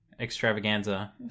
extravaganza